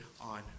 on